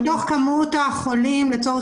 אני שואלת כמה מתוך כמות החולים במדינה.